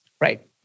right